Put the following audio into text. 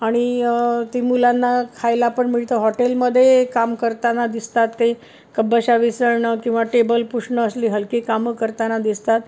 आणि ती मुलांना खायला पण मिळतं हॉटेलमध्ये काम करताना दिसतात ते कपबशा विसळणं किंवा टेबल पुसणं असली हलकी कामं करताना दिसतात